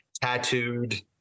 tattooed